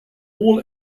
all